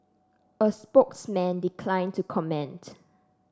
a spokesman declined to comment